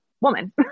woman